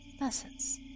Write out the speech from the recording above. Lessons